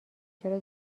چرا